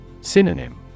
Synonym